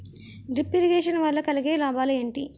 Drip irrigation వల్ల కలిగే లాభాలు ఏంటి?